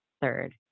third